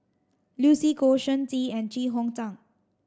Lucy Koh Shen Xi and Chee Hong Tat